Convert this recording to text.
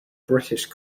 british